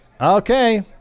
okay